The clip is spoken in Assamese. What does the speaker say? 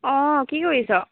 অঁ কি কৰিছ